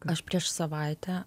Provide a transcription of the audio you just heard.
aš prieš savaitę